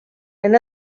and